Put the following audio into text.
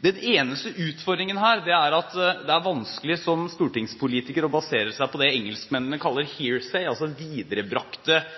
Den eneste utfordringen her er at det er vanskelig som stortingspolitiker å basere seg på det engelskmennene kaller «hearsay», altså